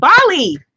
Bali